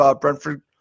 Brentford